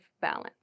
balance